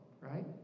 right